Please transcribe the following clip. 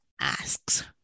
asks